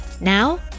Now